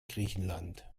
griechenland